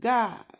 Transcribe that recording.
God